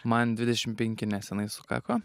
man dvidešim penki nesenai sukako